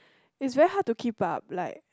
is very hard to keep up like